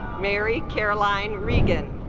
marry caroline regan